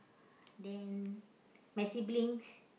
then my siblings